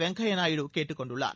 வெங்கைய நாயுடு கேட்டுக் கொண்டுள்ளார்